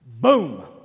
boom